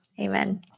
Amen